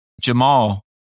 Jamal